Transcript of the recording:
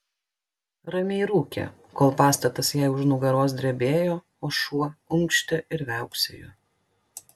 ramiai rūkė kol pastatas jai už nugaros drebėjo o šuo unkštė ir viauksėjo